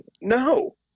No